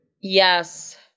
yes